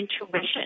intuition